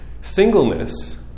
Singleness